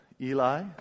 Eli